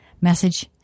message